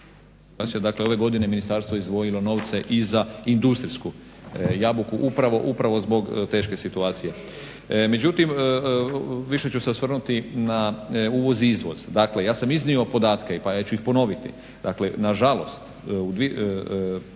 dakle ove godine izdvojilo novce i za industrijsku jabuku upravo zbog teške situacije. Međutim, više ću se osvrnuti na uvoz i izvoz, dakle ja sam iznio podatke pa ja ću ih ponoviti, dakle nažalost prema